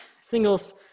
singles